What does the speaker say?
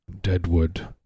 Deadwood